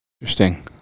Interesting